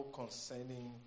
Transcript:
concerning